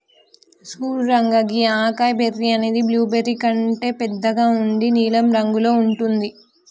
సూడు రంగా గీ acai berry అనేది బ్లూబెర్రీ కంటే బెద్దగా ఉండి నీలం రంగులో ఉంటుంది